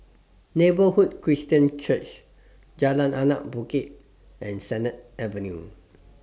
Neighbourhood Christian Church Jalan Anak Bukit and Sennett Avenue